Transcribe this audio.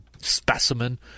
specimen